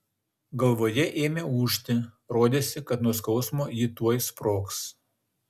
galvoje ėmė ūžti rodėsi kad nuo skausmo ji tuoj sprogs